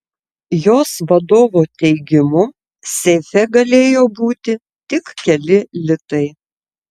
jos vadovo teigimu seife galėjo būti tik keli litai